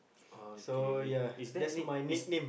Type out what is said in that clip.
okay is there any is